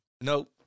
Nope